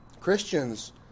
Christians